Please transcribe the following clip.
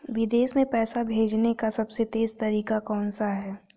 विदेश में पैसा भेजने का सबसे तेज़ तरीका कौनसा है?